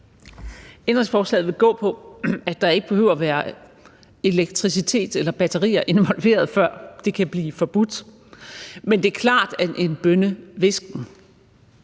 Ændringsforslaget vil gå på, at der ikke behøver være elektricitet eller batterier involveret, før det kan blive forbudt, men det er klart, at en bønnehvisken,